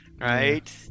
right